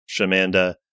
Shamanda